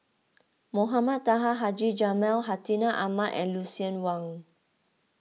Mohamed Taha Haji Jamil Hartinah Ahmad and Lucien Wang